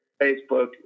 facebook